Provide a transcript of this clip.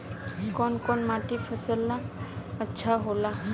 कौन कौनमाटी फसल ला अच्छा होला?